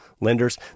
lenders